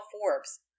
Forbes